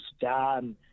done